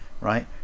right